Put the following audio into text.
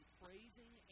praising